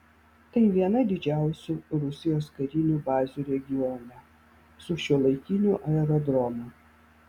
tai viena didžiausių rusijos karinių bazių regione su šiuolaikiniu aerodromu